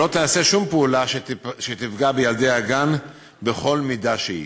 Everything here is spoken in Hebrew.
שלא תיעשה שום פעולה שתפגע בילדי הגן בכל מידה שהיא.